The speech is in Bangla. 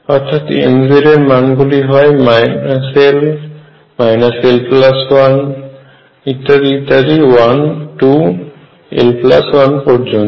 অর্থাৎ mz এর মান গুলি হয় -l -l1 1 2 l1 পর্যন্ত